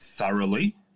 Thoroughly